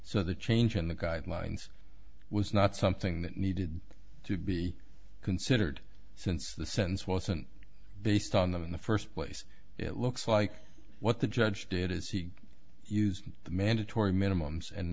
so the change in the guidelines was not something that needed to be considered since the sentence wasn't based on them in the first place it looks like what the judge did is he used the mandatory minimums and